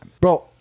Bro